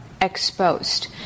exposed